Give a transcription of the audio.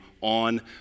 on